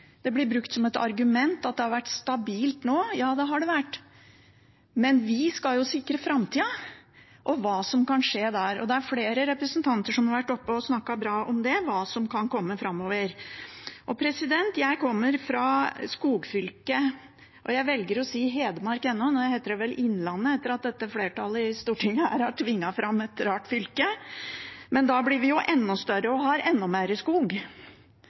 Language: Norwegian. Det blir brukt som et argument at det har vært stabilt nå. Ja, det har det vært. Men vi skal jo sikre framtida og hva som kan skje da. Det er flere representanter som har vært oppe og snakket bra om hva som kan komme framover. Jeg kommer fra skogfylket Hedmark, som jeg velger å si fortsatt, men nå heter det vel Innlandet, etter at dette flertallet i Stortinget har tvunget fram et rart fylke. Men da blir vi jo enda større og har enda mer skog,